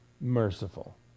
merciful